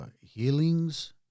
Healings